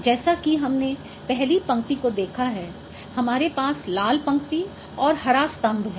जैसा कि हमने पहली पंक्ति को देखा है हमारे पास लाल पंक्ति और हरा स्तंभ है